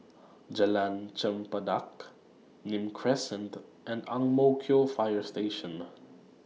Jalan Chempedak Nim Crescent and Ang Mo Kio Fire Station